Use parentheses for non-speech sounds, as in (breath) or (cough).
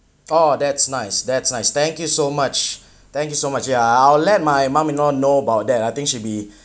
oh that's nice that's nice thank you so much thank you so much ya I'll~ I'll let my mum-in-law know about that I think she'll be (breath)